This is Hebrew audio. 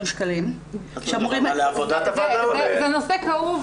שקלים שאמורים --- לוועדת העבודה או ל --- זה נושא כאוב,